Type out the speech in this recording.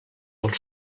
del